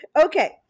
Okay